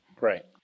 right